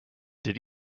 did